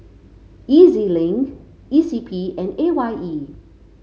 E Z Link E C P and A Y E